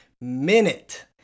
minute